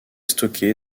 stocké